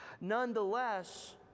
Nonetheless